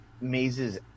mazes